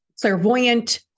clairvoyant